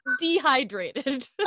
dehydrated